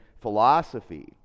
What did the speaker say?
philosophy